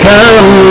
Come